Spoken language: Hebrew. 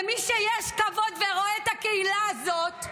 מי שיש לו כבוד ורואה את הקהילה הזאת,